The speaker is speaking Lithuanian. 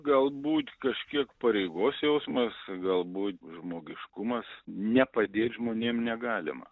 galbūt kažkiek pareigos jausmas galbūt žmogiškumas nepadėt žmonėm negalima